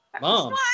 Mom